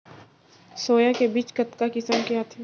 Soya के बीज कतका किसम के आथे?